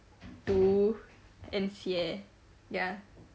读 and 写 ya